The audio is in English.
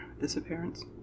disappearance